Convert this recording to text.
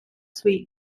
свій